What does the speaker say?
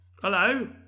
Hello